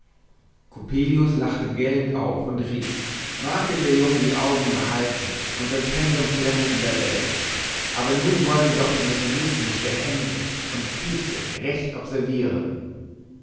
coppelius lachte gellend auf und rief mag denn der junge die augen behalten und sein pensum flennen in der welt aber nun wollen wir doch den mechanismus der hände und der füße recht observieren